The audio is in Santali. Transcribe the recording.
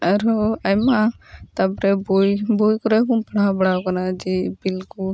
ᱟᱨᱦᱚᱸ ᱟᱭᱢᱟ ᱛᱟᱯᱚᱨᱮ ᱵᱳᱭ ᱵᱳᱭ ᱠᱚᱨᱮ ᱦᱚᱵᱚᱱ ᱯᱟᱲᱦᱟᱣ ᱵᱟᱲᱟ ᱟᱠᱟᱱᱟ ᱡᱮ ᱤᱯᱤᱞ ᱠᱩ